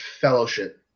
Fellowship